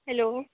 hello